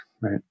right